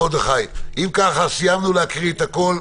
אם כך אז סיימנו לקרוא הכל,